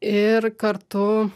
ir kartu